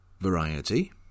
Variety